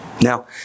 Now